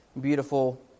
beautiful